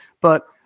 But-